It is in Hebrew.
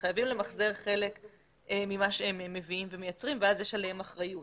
חייבים למחזר חלק ממה שהם מביאים ומייצרים ואז יש עליהם אחריות.